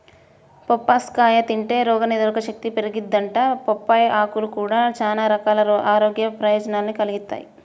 బొప్పాస్కాయ తింటే రోగనిరోధకశక్తి పెరిగిద్దంట, బొప్పాయ్ ఆకులు గూడా చానా రకాల ఆరోగ్య ప్రయోజనాల్ని కలిగిత్తయ్